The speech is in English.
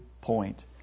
point